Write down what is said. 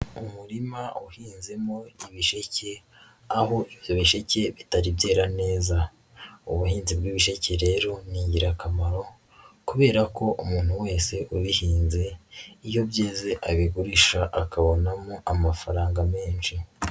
Umurima uhinzemo ibisheke aho ibyo bisheke bitari byera neza, ubuhinzi bw'ibisheke rero ni ingirakamaro kubera ko umuntu wese ubihinze iyo byeze abigurisha akabonamo amafaranga menshi.